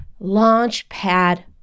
Launchpad